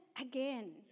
again